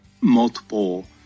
multiple